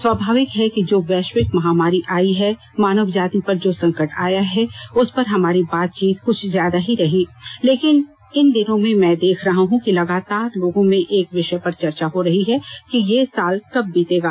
स्वाभाविक है कि जो वैष्यिक माहामारी आयी है मानव जाति पर जो संकट आया है उस पर हमारी बातचीत कुछ ज्यादा ही रहीं लेकिन इन दिनों मैं देख रहा हूं लगातार लोगों में एक विषय पर चर्चा हो रही है कि ये साल कब बीतेगा